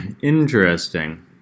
Interesting